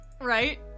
Right